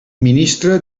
ministre